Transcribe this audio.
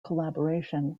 collaboration